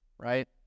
Right